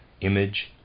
image